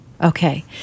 Okay